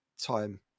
time